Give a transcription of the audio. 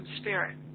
spirit